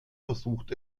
versucht